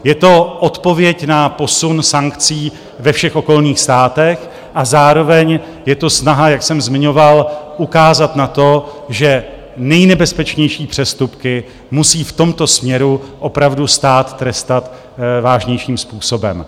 Je to odpověď na posun sankcí ve všech okolních státech a zároveň je to snaha, jak jsem zmiňoval, ukázat na to, že nejnebezpečnější přestupky musí v tomto směru opravdu stát trestat vážnějším způsobem.